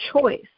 choice